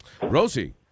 Rosie